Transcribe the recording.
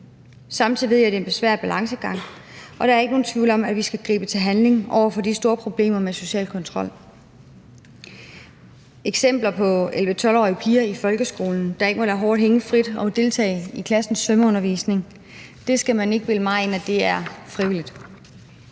at det er en svær balancegang, og der er ikke nogen tvivl om, at vi skal gribe til handling over for de store problemer med social kontrol. Der er eksempler på 11-12-årige piger i folkeskolen, der ikke må lade håret hænge frit og deltage i klassens svømmeundervisning, og det skal man ikke bilde mig ind sker frivilligt.